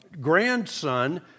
grandson